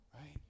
Right